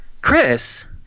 chris